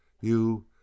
You